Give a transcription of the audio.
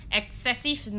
excessive